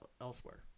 elsewhere